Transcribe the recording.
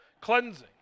cleansing